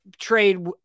trade